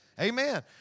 Amen